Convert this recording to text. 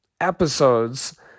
episodes